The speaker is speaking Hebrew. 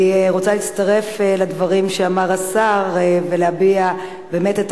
אני רוצה להצטרף לדברים שאמר השר ולהביע באמת את